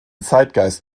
zeitgeist